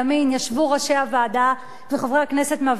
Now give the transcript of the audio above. ישבו ראשי הוועדה וחברי הכנסת מהוועדה